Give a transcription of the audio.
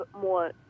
more